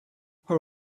her